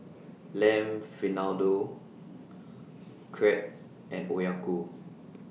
Lamb Vindaloo Crepe and Oyaku